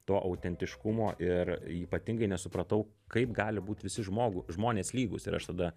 to autentiškumo ir ypatingai nesupratau kaip gali būt visi žmogų žmonės lygūs ir aš tada